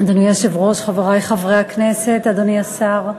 היושב-ראש, חברי חברי הכנסת, אדוני השר,